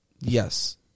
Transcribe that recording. Yes